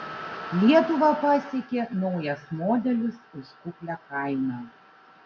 lietuvą pasiekė naujas modelis už kuklią kainą